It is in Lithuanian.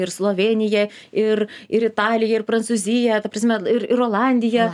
ir slovėnija ir ir italija ir prancūzija ta prasme ir ir olandija